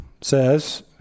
says